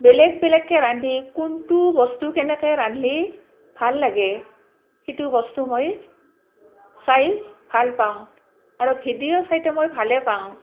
বেলেগ বেলেগকৈ ৰান্ধি কোনটো বস্তু কেনেকৈ ৰান্ধিলে ভাল লাগে সেইটো বস্তু মই চাই ভাল পাওঁ আৰু ভিডিঅ' চাইতো মই ভালেই পাওঁ